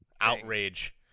outrage